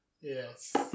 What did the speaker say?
Yes